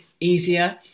easier